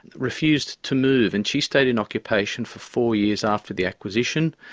refused to move and she stayed in occupation for four years after the acquisition,